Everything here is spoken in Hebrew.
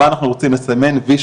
מה אנחנו רוצים לסמן וי,